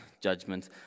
Judgment